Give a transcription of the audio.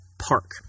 Park